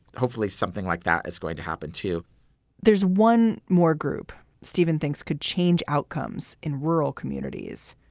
hopefully something like that is going to happen too there's one more group stephen thinks could change outcomes in rural communities.